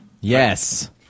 Yes